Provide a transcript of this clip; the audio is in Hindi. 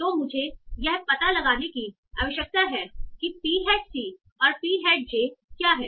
तो मुझे यह पता लगाने की आवश्यकता है कि P हैट c और P हैट j क्या है